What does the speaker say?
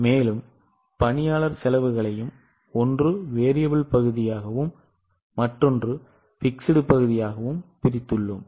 மேலும் பணியாளர் செலவுகளையும் ஒன்று மாறி பகுதியாகவும் மற்றொன்று நிலையான பகுதியாகவும் பிரித்துள்ளோம்